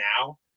now